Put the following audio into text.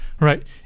right